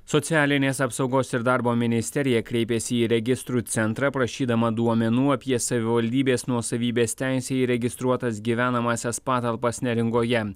socialinės apsaugos ir darbo ministerija kreipėsi į registrų centrą prašydama duomenų apie savivaldybės nuosavybės teise įregistruotas gyvenamąsias patalpas neringoje